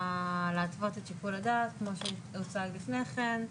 להתוות את שיקול הדעת כמו שהוצג לפני כן,